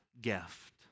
gift